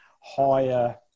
higher